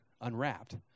unwrapped